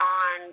on